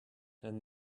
and